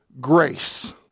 grace